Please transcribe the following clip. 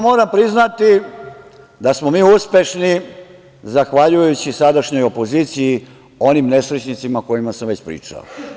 Moram priznati da smo mi uspešni, zahvaljujući sadašnjoj opoziciji, onim nesrećnicima o kojima sam već pričao.